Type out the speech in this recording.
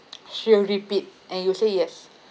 she'll repeat and you say yes